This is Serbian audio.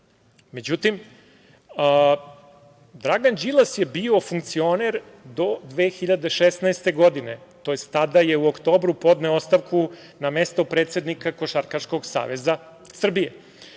klupko.Međutim, Dragan Đilas je bio funkcioner do 2016. godine, tj. tada je u oktobru podneo ostavku na mestu predsednika Košarkaškog saveza Srbije.